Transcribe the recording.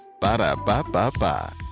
Ba-da-ba-ba-ba